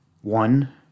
one